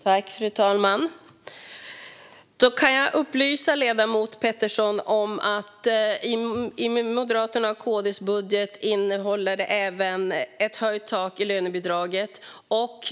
Fru talman! Jag kan upplysa ledamoten Pettersson om att Moderaternas och KD:s budget även innehåller ett höjt tak i lönebidraget.